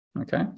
Okay